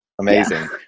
Amazing